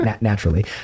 naturally